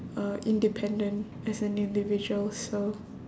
uh independent as an individual so